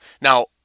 Now